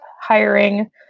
hiring